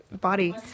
body